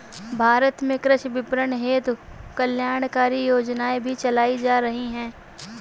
भारत में कृषि विपणन हेतु कल्याणकारी योजनाएं भी चलाई जा रही हैं